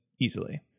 easily